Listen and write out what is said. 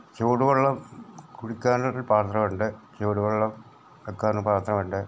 ചൂട് വെള്ളം കുടിക്കാൻ ഒരു പാത്രം ഉണ്ട് ചൂട് വെള്ളം വെക്കാനും പാത്രം ഉണ്ട്